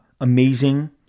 amazing